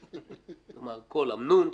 כלומר: כל אמנון,